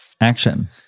Action